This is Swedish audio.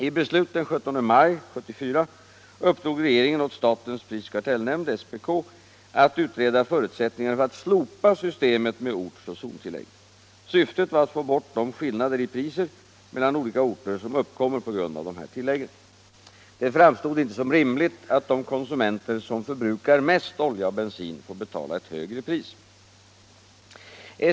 I beslut den 17 maj 1974 uppdrog regeringen åt statens prisoch kartellnämnd att utreda förutsättningarna för att slopa systemet med ortsoch zontillägg. Syftet var att få bort de skillnader i priser mellan olika orter som uppkommer på grund av dessa tillägg. Det framstod inte som rimligt att de konsumenter som förbrukar mest olja och bensin får betala ett högre pris.